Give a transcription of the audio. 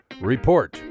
Report